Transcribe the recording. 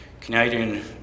Canadian